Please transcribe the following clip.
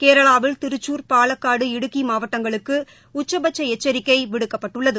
கேரளாவில் திருச்சூர் பாலக்காடு இடுக்கி மாவட்டங்களுக்கு உச்சபட்ச எச்சிக்கை விடுக்கப்பட்டுள்ளது